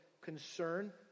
concern